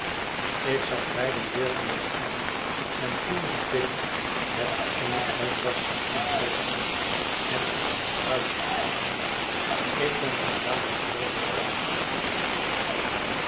ik zag beiden beurtelings aan en toen riep biddy met eene uitbarsting van vreugde het is mijn bruiloftsdag ik ben vandaag met jo getrouwd